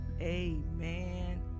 amen